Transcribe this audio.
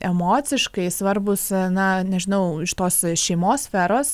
emociškai svarbūs na nežinau iš tos šeimos sferos